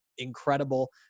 incredible